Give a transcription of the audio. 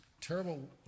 Terrible